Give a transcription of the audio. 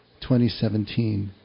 2017